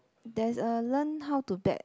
there's a learn how to bet